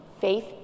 faith